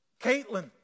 Caitlin